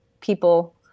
people